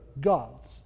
gods